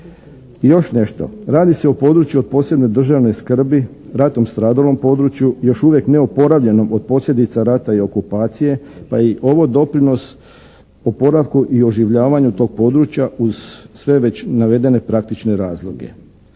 Još nešto. Radi se o području od posebne državne skrbi, ratom stradalom području, još uvijek neoporavljenom od posljedica rata i okupacije pa je i ovo doprinos oporavku i oživljavanju tog područja uz sve već navedene praktične razloge.